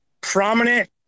prominent